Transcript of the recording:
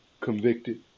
convicted